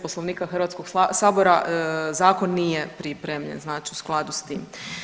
Poslovnika HS zakon nije pripremljen znači u skladu s tim.